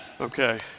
Okay